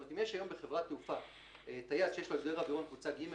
אם יש היום בחברת תעופה טייס שיש לו הגדר אווירון קבוצה ג'